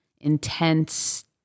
intense